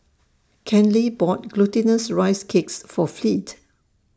Kenley bought Glutinous Rice Cakes For Fleet